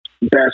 best